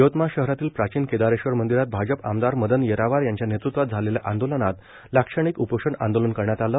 यवतमाळ शहरातील प्राचीन केदारेश्वर मंदिरात भाजप आमदार मदन येरावार यांच्या नेतृत्वात झालेल्या आंदोलनात लाक्षणिक उपोषण आंदोलन करण्यात आलं